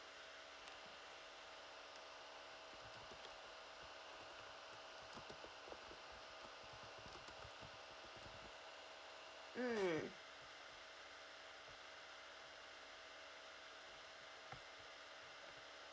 mm